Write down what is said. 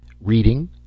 Reading